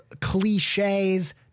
cliches